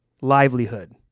livelihood